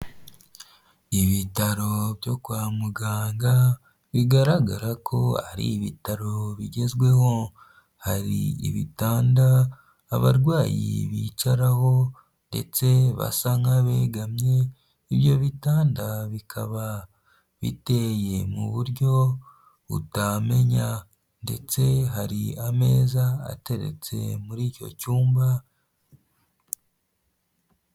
Ibitaro byo kwa muganga bigaragara ko ari ibitaro bigezweho, hari ibitanda abarwayi bicaraho ndetse basa nk'abegamye, ibyo bitanda bikaba biteye mu buryo butamenya, ndetse hari ameza ateretse muri icyo cyumba.